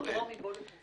שלום לכולם.